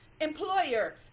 Employer